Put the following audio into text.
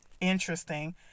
interesting